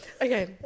Okay